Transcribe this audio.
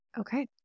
okay